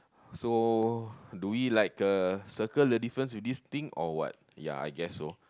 so do we like uh circle the difference with this thing or what ya I guess so